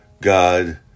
God